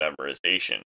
memorization